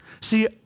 See